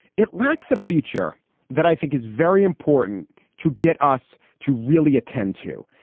it lacks a feature that i think is very important to get us to really attend to.